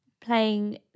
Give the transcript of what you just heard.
playing